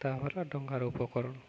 ତା'ପରେ ଡଙ୍ଗାର ଉପକରଣ